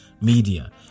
media